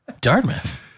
Dartmouth